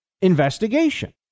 investigation